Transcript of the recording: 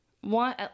one